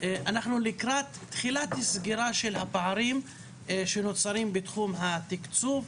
אנחנו לקראת תחילת סגירה של הפערים שנוצרים בתחום התקצוב,